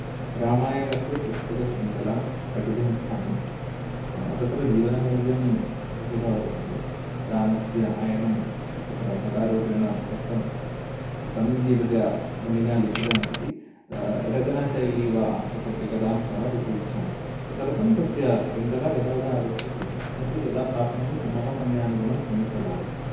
रामायणस्य पुस्तकसृङ्खलां पठितुम् इच्छामि तत्र जीवनं मूल्यं बहुधा वर्तते रामस्य अयनं तत्र कथारूपेण दत्तम् अस्ति समीचिनतया मुनिना लिखितमस्ति रचनाशैलि वा तत्रत्य कथांशः बहु इच्छामि तदर्थं तस्य शृङ्गला यदा यदा आगच्छति नोचेत् यदा प्राप्नोमि मम समयानुगुणं सम्यक् पठामि